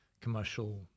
commercial